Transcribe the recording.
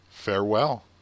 farewell